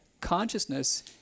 consciousness